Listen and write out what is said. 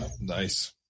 Nice